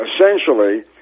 Essentially